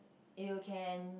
you can